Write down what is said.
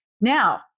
Now